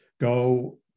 go